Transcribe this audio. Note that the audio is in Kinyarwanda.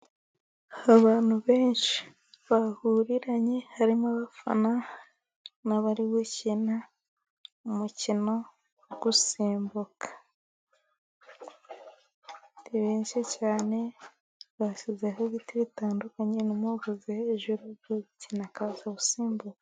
Abantu benshi bahuriranye, harimo abari gukina umukino wo gusimbuka. Benshi cyane bashyizeho ibiti bitandukanye hejuru uri gukina akaza gusimbuka.